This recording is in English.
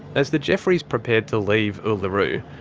as the jeffreys prepared to leave uluru,